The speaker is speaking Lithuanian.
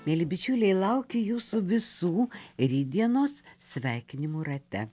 mieli bičiuliai laukiu jūsų visų rytdienos sveikinimų rate